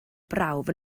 brawf